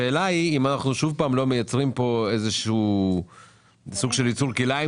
השאלה היא אם אנחנו לא מייצרים פה שוב סוג של ייצור כלאיים